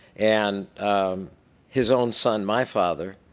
and his own son, my father,